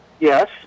Yes